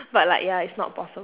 but like ya it's not possible